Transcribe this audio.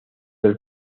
del